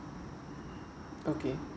okay